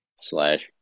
slash